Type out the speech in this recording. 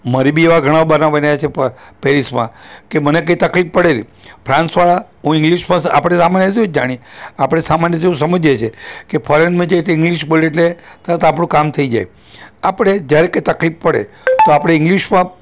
મારે બી એવા ઘણા બનાવ બન્યા છે પ પેરિસમાં કે મને કંઈ તકલીફ પડેલી ફ્રાંસવાળા હું ઇંગ્લિશ ભાષા આપણે તો આમાં એ એટલું જ જાણી આપણે સામાન્ય જેવું સમજીએ છે કે ફોરેનમાં જઈ તો ઇંગ્લિશ બોલી એટલે તરત આપણું કામ થઈ જાય આપણે જ્યારે કંઈ તકલીફ પડે તો આપણે ઇંગ્લિશમાં